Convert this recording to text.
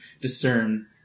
discern